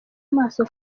amaso